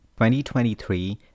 2023